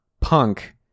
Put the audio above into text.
punk